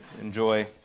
enjoy